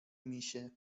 میشه